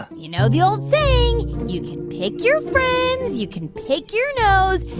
but you know the old saying you can pick your friends, you can pick your nose,